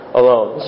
alone